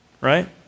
right